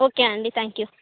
okay అండీ thank you